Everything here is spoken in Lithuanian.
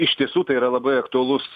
iš tiesų tai yra labai aktualus